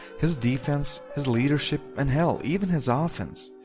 his defense, his leadership and hell, even his ah offense.